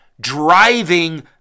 driving